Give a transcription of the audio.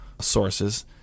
sources